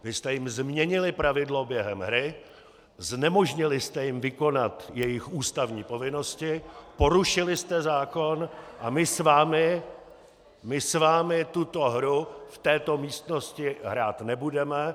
Vy jste jim změnili pravidla během hry, znemožnili jste jim vykonat jejich ústavní povinnosti, porušili jste zákon a my s vámi tuto hru v této místnosti hrát nebudeme.